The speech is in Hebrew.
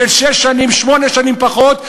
של שש שנים ושמונה שנים פחות,